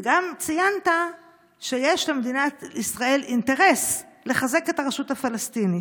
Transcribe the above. וגם ציינת שיש למדינת ישראל אינטרס לחזק את הרשות הפלסטינית.